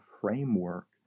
framework